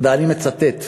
ואני מצטט: